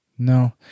No